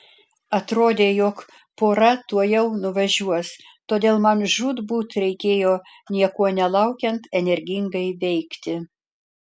atrodė jog pora tuojau nuvažiuos todėl man žūtbūt reikėjo nieko nelaukiant energingai veikti